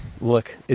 Look